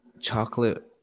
chocolate